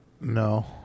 No